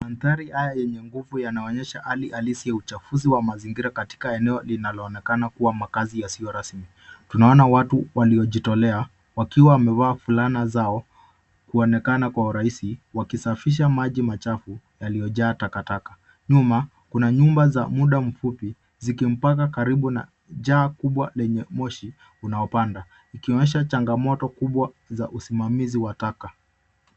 Mandhari haya yenye nguvu yanaonyesha hali harisi ya uchafuzi wa mazingira katika eneo linalo onekana kuwa makazi yasiyo rasmi. Tunaona watu waliojitolea wakiwa wamevaa fulana zao kuonekana kwa urahisi wakisafisha maji machafu yaliyojaa takataka. Nyuma kuna nyumba za mda mfupi zikimpaka karibu na jaa kubwa lenye moshi unaopanda. Ikionyesha changamoto kubwa la usimamizi wa taka.